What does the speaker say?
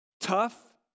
Tough